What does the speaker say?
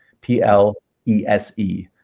P-L-E-S-E